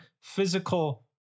physical